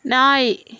நாய்